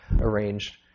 arranged